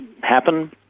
happen